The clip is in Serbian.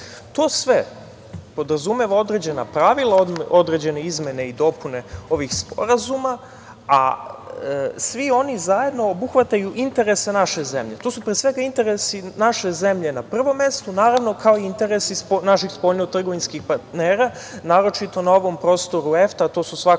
sve podrazumeva određena pravila, određene izmene i dopune ovih sporazuma, a svi oni zajedno obuhvataju interese naše zemlje. To su, pre svega, interesi naše zemlje na prvom mestu, naravno kao i interesi naših spoljno-trgovinskih partnera, naročito na ovom prostoru EFTA, a to su svakako